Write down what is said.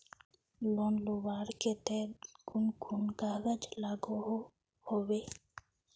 Loan लुबार केते कुन कुन कागज लागोहो होबे?